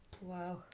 Wow